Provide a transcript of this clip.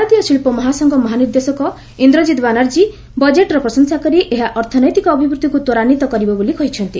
ଭାରତୀୟ ଶିଳ୍ପ ମହାସଂଘ ମହାନିର୍ଦ୍ଦେଶକ ଇନ୍ଦ୍ରଜିତ୍ ବାନାର୍ଜୀ ବଜେଟ୍ର ପ୍ରଶଂସାକରି ଏହା ଅର୍ଥନୈତିକ ଅଭିବୃଦ୍ଧିକୁ ତ୍ୱରାନ୍ୱିତ କରିବ ବୋଲି କହିଛନ୍ତି